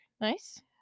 Nice